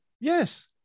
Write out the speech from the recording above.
Yes